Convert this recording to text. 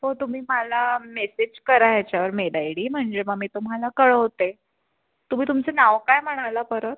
हो तुम्ही मला मेसेज करा ह्याच्यावर मेल आय डी म्हणजे मग मी तुम्हाला कळवते तुम्ही तुमचं नाव काय म्हणाला परत